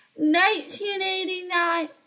1989